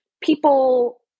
people